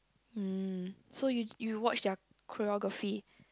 mm so you you watch their choreography